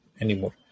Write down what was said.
anymore